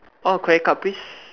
orh credit card please